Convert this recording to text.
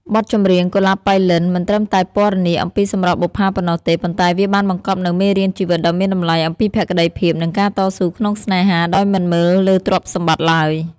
បទចម្រៀង "កុលាបប៉ៃលិន" មិនត្រឹមតែពណ៌នាអំពីសម្រស់បុប្ផាប៉ុណ្ណោះទេ ប៉ុន្តែវាបានបង្កប់នូវមេរៀនជីវិតដ៏មានតម្លៃអំពីភក្តីភាព និងការតស៊ូក្នុងស្នេហាដោយមិនមើលលើទ្រព្យសម្បត្តិឡើយ។